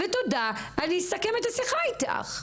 ותודה, אני אסכם את השיחה איתך.